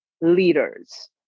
leaders